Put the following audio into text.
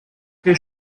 prés